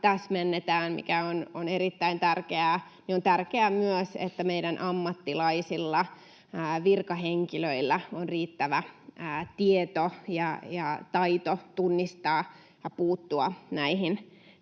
täsmennetään, mikä on erittäin tärkeää, on tärkeää myös, että meidän ammattilaisilla, virkahenkilöillä, on riittävä tieto ja taito tunnistaa ja puuttua näihin